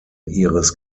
ihres